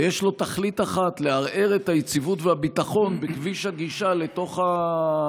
ויש לו תכלית אחת: לערער את היציבות והביטחון בכביש הגישה ליישוב,